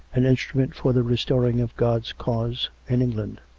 an instrument for the restoring of god's cause in england